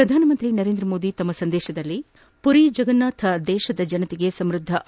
ಪ್ರಧಾನಿ ನರೇಂದ್ರ ಮೋದಿ ತಮ್ಮ ಸಂದೇಶದಲ್ಲಿ ಪುರಿಜಗನ್ನಾಥ್ ದೇಶದ ಜನತೆಗೆ ಸಮೃಧತೆ